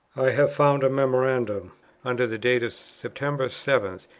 i have found a memorandum under the date of september seven,